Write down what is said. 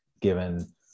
given